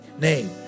name